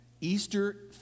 Easter